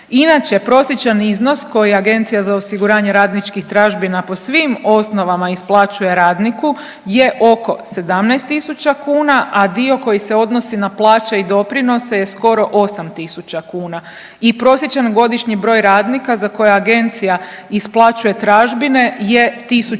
Inače prosječan iznos koji Agencija za osiguranje radničkih tražbina po svim osnovama isplaćuje radniku je oko 17 tisuća kuna, a dio koji se odnosi na plaće i doprinose je skoro 8 tisuća kuna i prosječan godišnji broj radnika za koje agencija isplaćuje tražbine je 1.200, a